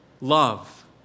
love